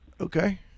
Okay